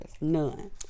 None